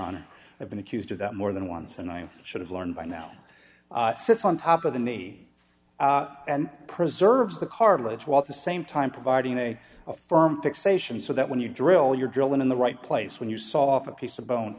honor i've been accused of that more than once and i should have learned by now sits on top of the knee and preserves the cartilage while at the same time providing a firm fixation so that when you drill your drill in the right place when you saw off a piece of bone